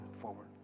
forward